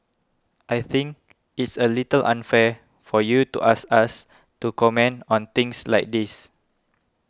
I think it's a little unfair for you to ask us to comment on things like this